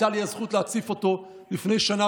הייתה לי הזכות להציף אותו לפני שנה